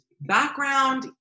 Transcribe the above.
background